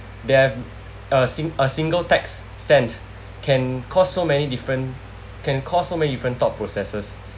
than a sing~ a single text sent can cause so many different can cause so many different thought processes